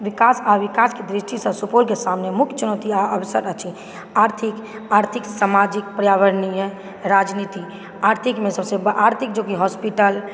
विकास आ विकासके दृस्टि सँ सुपौलके सामने मुख्य चुनौती आ अवसर अछि आर्थिक आर्थिक सामाजिक पर्यावरणीय राजनीति आर्थिकमे सबसे आर्थिक जे कि हॉस्पिटल